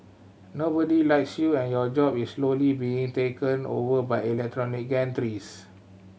nobody likes you and your job is slowly being taken over by electronic gantries